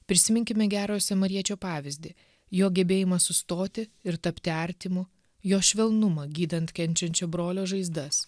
prisiminkime gerojo samariečio pavyzdį jo gebėjimą sustoti ir tapti artimu jo švelnumą gydant kenčiančio brolio žaizdas